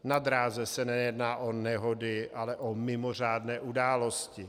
Na dráze se nejedná o nehody, ale o mimořádné události.